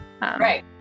Right